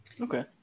Okay